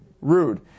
rude